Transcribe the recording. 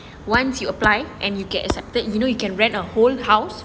once you apply and you get accepted you know you can rent a whole house